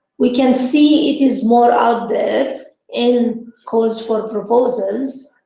we can see it is more out there in calls for proposals,